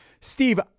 Steve